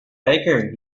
baker